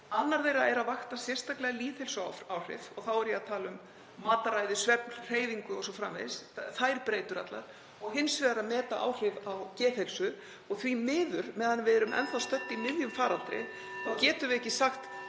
Annar þeirra er að vakta sérstaklega lýðheilsuáhrif og þá er ég að tala um mataræði, svefn, hreyfingu o.s.frv., þær breytur allar, og hins vegar að meta áhrif á geðheilsu. Því miður, meðan við erum (Forseti hringir.) enn þá stödd í miðjum faraldri, þá getum við ekki sagt